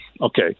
okay